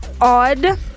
odd